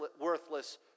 worthless